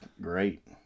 great